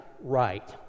right